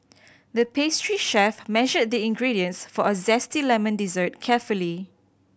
the pastry chef measured the ingredients for a zesty lemon dessert carefully